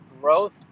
growth